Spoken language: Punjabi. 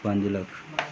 ਪੰਜ ਲੱਖ